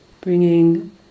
Bringing